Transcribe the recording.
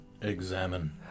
examine